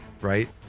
Right